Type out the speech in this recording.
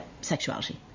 sexuality